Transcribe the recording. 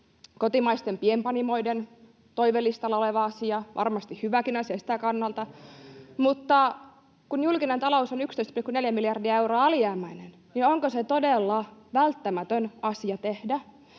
kotimaisten pienpanimoiden toivelistalla oleva asia, varmasti hyväkin asia siltä kannalta, [Juho Eerola: Ohranviljelijät] mutta kun julkinen talous on 11,4 miljardia euroa alijäämäinen, niin onko se todella välttämätön asia tehdä?